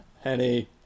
Henny